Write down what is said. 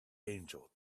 angel